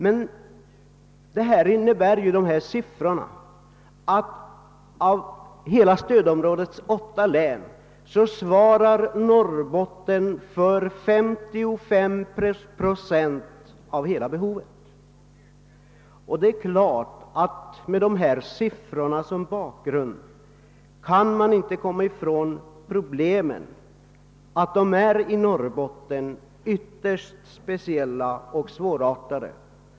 Dessa siffror innebär att Norrbotten av hela stödområdets åtta län svarar för 55 procent av hela behovet. Det är klart att man med dessa siffror som bakgrund inte kan komma ifrån att problemen i Norrbotten är ytterst speciella och svårartade.